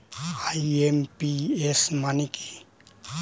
IMPS মানে কি?